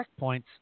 checkpoints